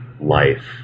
life